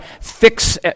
fix